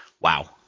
Wow